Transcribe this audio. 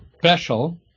special